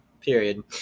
Period